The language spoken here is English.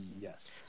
Yes